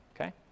Okay